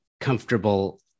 comfortable